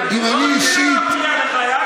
אולי אצלם זו לא פגיעה קשה,